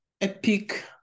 Epic